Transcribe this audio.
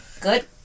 Good